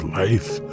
life